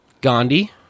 Gandhi